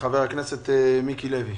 חבר הכנסת מיקי לוי.